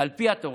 על פי התורה,